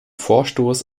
vorstoß